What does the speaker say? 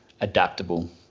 adaptable